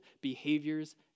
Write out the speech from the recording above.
behaviors